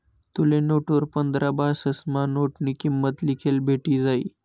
तुले नोटवर पंधरा भाषासमा नोटनी किंमत लिखेल भेटी जायी